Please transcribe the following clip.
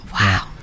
Wow